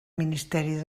ministeri